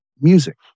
music